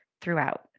throughout